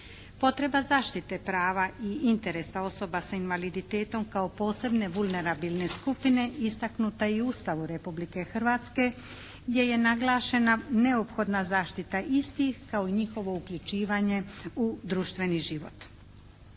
Potreba zaštite prava i interesa osoba s invaliditetom kao posebne vulnerabilne skupine istaknuta je i u Ustavu Republike Hrvatske gdje je naglašena neophodna zaštita istih kao i njihovo uključivanje u društveni život.